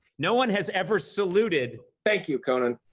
no one has ever saluted. thank you. conan.